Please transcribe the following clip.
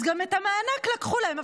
אז גם את המענק לקחו להם.